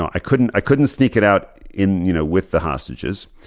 i couldn't i couldn't sneak it out in you know with the hostages.